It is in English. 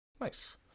nice